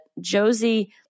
Josie